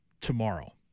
tomorrow